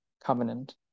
covenant